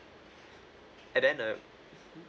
and then uh